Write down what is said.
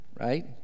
right